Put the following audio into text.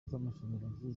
z’amashanyarazi